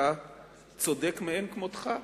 אדוני היושב-ראש, אתה צודק מאין כמותך.